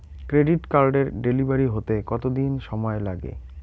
Credit কার্ডের delivery হতে কতদিন সময় লাগে?